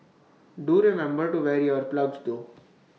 do remember to wear ear plugs though